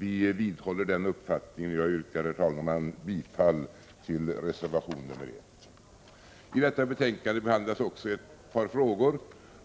Vi vidhåller den uppfattningen, och jag yrkar, herr talman, bifall till reservation å I detta betänkande behandlas också ett par frågor